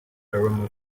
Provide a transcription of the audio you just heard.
aroma